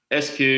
SQ